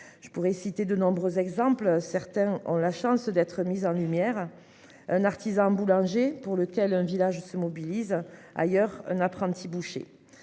Je pourrais citer de nombreux exemples. Certains ont la chance d'être mis en lumière. Un artisan boulanger pour lequel un village se mobilise ailleurs un apprenti boucher.